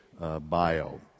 bio